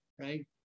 right